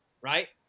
right